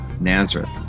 Nazareth